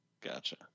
Gotcha